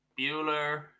Bueller